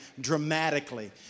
dramatically